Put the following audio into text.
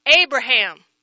Abraham